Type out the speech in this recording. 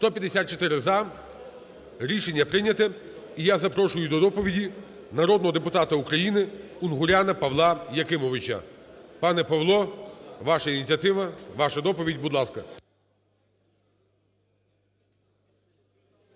За-154 Рішення прийняте. І я запрошую до доповіді народного депутата України Унгуряна Павла Якимовича. Пане Павло, ваша ініціатива, ваша доповідь, будь ласка.